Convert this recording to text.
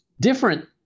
Different